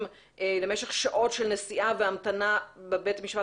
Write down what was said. למשך שעות של נסיעה והמתנה בבית משפט.